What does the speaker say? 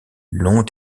longs